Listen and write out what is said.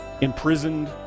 imprisoned